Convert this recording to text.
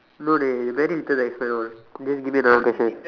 no dey very little to expand on just give me another question